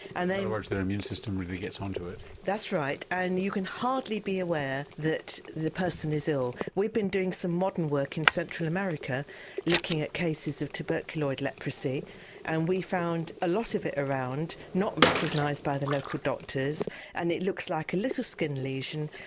and other words their immune really gets onto it? that's right and you can hardly be aware that the person is ill. we've been doing some modern work in central america looking at cases of tuberculoid leprosy and we found a lot of it around, not recognised by the local doctors and it looks like a little skin lesion.